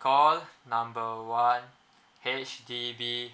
call number one H_D_B